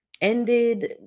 ended